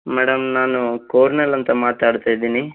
madam ನಾನು ಕೋರ್ನಲ್ ಅಂತ ಮಾತಾಡ್ತಾ ಇದ್ದೀನಿ